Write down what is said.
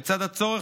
לצד הצורך,